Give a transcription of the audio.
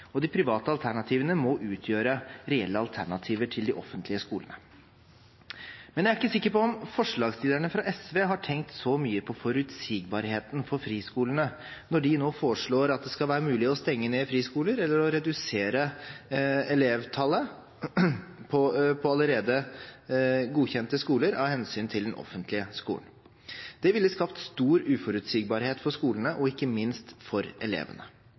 og de private alternativene må utgjøre reelle alternativer til de offentlige skolene. Jeg er ikke sikker på om forslagsstillerne fra SV har tenkt så mye på forutsigbarheten for friskolene, når de nå foreslår at det skal være mulig å stenge ned friskoler eller å redusere elevtallet på allerede godkjente skoler, av hensyn til den offentlige skolen. Det ville skapt stor uforutsigbarhet for skolene og ikke minst for elevene.